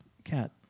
cat